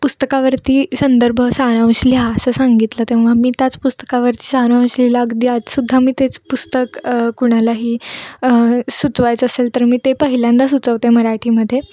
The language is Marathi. पुस्तकावरती संदर्भ सारांश लिहा असं सांगितलं तेव्हा मी त्याच पुस्तकावरती सरांश लिहिला अगदी आज सुद्धा मी तेच पुस्तक कुणालाही सुचवायचं असेल तर मी ते पहिल्यांदा सुचवते मराठीमध्ये